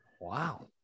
Wow